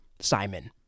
Simon